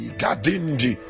gadindi